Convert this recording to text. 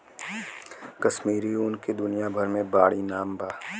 कश्मीरी ऊन के दुनिया भर मे बाड़ी नाम बा